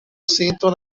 sentam